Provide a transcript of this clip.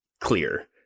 clear